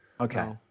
Okay